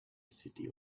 city